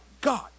God